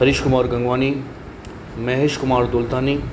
Harish Kumar Gangwani Mahesh Kumar Dultani